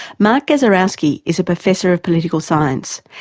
mark gasiorowski is a professor of political science,